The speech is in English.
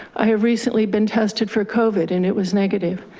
i have recently been tested for covid and it was negative.